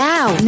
Now